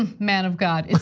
um man of god.